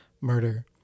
murder